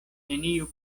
neniu